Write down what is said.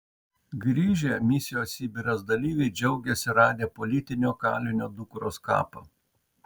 grįžę misijos sibiras dalyviai džiaugiasi radę politinio kalinio dukros kapą